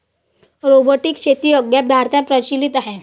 robotic शेती अद्याप भारतात प्रचलित नाही